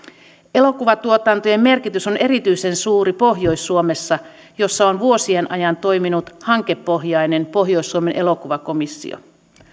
elokuvatuotantojen merkitys on erityisen suuri pohjois suomessa jossa on vuosien ajan toiminut hankepohjainen pohjois suomen elokuvakomissio